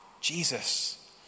Jesus